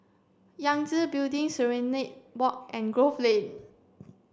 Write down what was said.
Yangtze Building Serenade Walk and Grove Lane